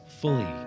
fully